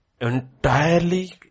entirely